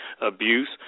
abuse